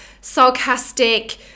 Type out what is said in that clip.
sarcastic